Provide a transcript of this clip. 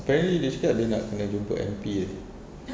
apparently dia cakap dia nak kena jumpa M_P hari ni